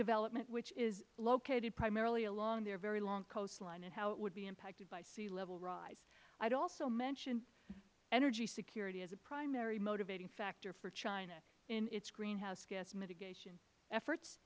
development which is located primarily along their very long coastline and how it would be impacted by sea level rise i would also mention energy security as a primary motivating factor for china in its greenhouse gas mitigation efforts